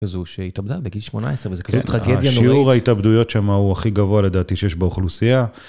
אז זהו שהיא שהתאבדה בגיל 18, וזה קשור ל... שיעור ההתאבדויות שם הוא הכי גבוה לדעתי שיש באוכלוסייה.